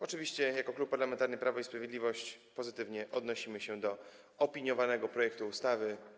Oczywiście jako Klub Parlamentarny Prawo i Sprawiedliwość pozytywnie odnosimy się do opiniowanego projektu ustawy.